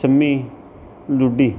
Sammi Luddi